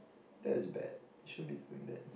that is bad you shouldn't be doing that